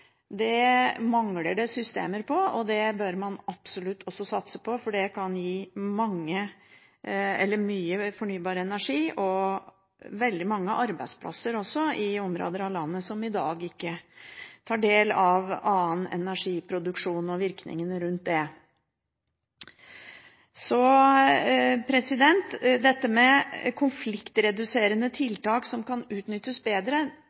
Det mangler det systemer for, men det bør man absolutt også satse på, for det kan gi mye fornybar energi og veldig mange arbeidsplasser i områder av landet som i dag ikke tar del i annen energiproduksjon og virkningene av det. Når det gjelder konfliktreduserende tiltak som kan utnyttes bedre,